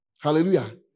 Hallelujah